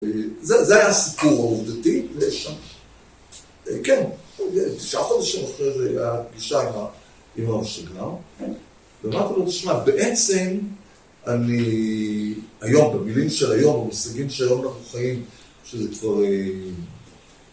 זה היה הסיפור העובדתי לשם, כן, תשעה חודשים אחרי זה הייתה פגישה עם הרב שגר. ומה אתה רוצה לשמוע? בעצם אני... היום, במילים של היום, במושגים של היום אנחנו חיים, כשזה כבר...